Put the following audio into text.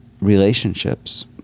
relationships